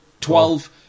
twelve